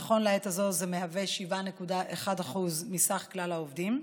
נכון לעת הזו זה מהווה 7.1% מכלל העובדים.